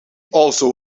also